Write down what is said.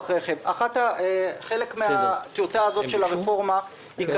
רכב חלק מהטיוטה הזאת של הרפורמה אומר: